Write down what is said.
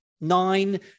Nine